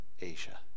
asia